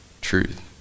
truth